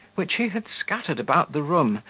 which he had scattered about the room,